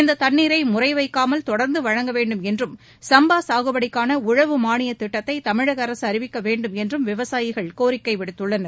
இந்த தண்ணீரை முறை வைக்காமல் தொடா்ந்து வழங்க வேண்டும் என்றும் சம்பா சாகுபடிக்கான உழவு மானியத் திட்டத்தை தமிழக அரசு அறிவிக்க வேண்டும் என்றும் விவசாயிகள் கோரிக்கை விடுத்துள்ளன்